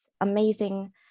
amazing